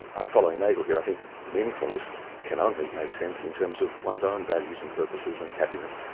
and i'm following nagel here, i think meaningfulness can only make sense in terms of one's own values and purposes and happiness,